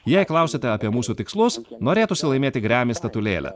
jei klausiate apie mūsų tikslus norėtųsi laimėti grammy statulėlę